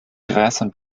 gräsern